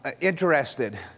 interested